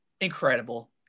incredible